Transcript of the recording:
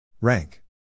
Rank